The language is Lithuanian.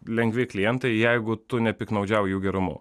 lengvi klientai jeigu tu nepiktnaudžiauji jų gerumu